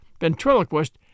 ventriloquist